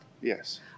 Yes